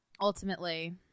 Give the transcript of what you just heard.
ultimately